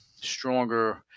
stronger